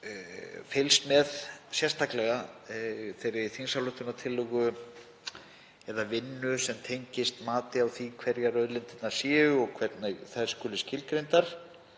fylgst sérstaklega með þingsályktunartillögu eða vinnu sem tengist mati á því hverjar auðlindirnar séu og hvernig þær skuli skilgreindar